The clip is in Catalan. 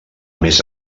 més